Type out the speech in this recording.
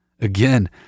Again